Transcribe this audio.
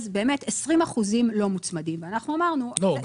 באמת 20% לא מוצמדים ואנחנו אמרנו --- לא,